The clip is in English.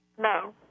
No